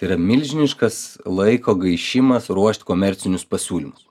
tai yra milžiniškas laiko gaišimas ruošt komercinius pasiūlymus